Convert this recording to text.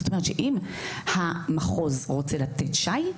זאת אומרת שאם המחוז רוצה לתת שי,